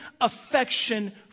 affection